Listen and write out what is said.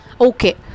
Okay